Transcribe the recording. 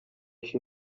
się